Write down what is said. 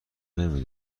نمی